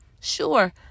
Sure